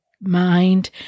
mind